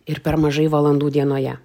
ir per mažai valandų dienoje